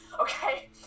Okay